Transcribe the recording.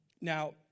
Now